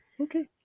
Okay